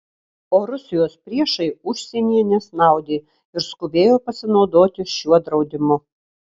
o rusijos priešai užsienyje nesnaudė ir skubėjo pasinaudoti šiuo draudimu